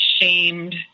Shamed